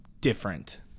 different